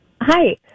Hi